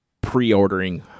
pre-ordering